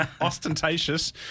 ostentatious